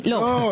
לא.